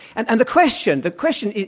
and and the question the question,